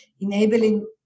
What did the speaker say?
enabling